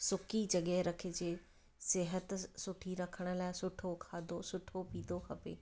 सुकी जॻह रखिजे सिहत सुठी रखण लाइ सुठो खाधो सुठो पीतो खपे